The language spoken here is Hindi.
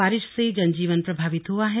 बारिश से जनजीवन प्रभावित हुआ है